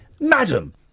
madam